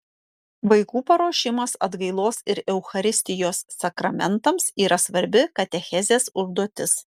vaikų paruošimas atgailos ir eucharistijos sakramentams yra svarbi katechezės užduotis